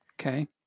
Okay